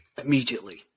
immediately